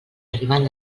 arribant